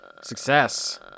Success